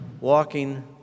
walking